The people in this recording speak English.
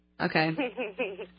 Okay